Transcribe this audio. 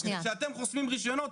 כשאתם חוסמים רישיונות,